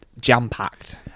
jam-packed